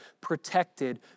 protected